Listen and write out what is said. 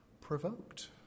provoked